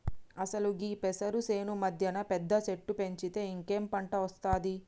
అసలు గీ పెసరు సేను మధ్యన పెద్ద సెట్టు పెంచితే ఇంకేం పంట ఒస్తాది